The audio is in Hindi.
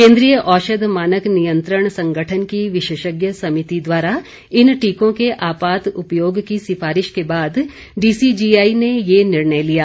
केन्द्रीय औषध मानक नियंत्रण संगठन की विशेषज्ञ समिति द्वारा इन टीकों के आपात उपयोग की सिफारिश के बाद डीसीजीआई ने यह निर्णय लिया